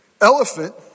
elephant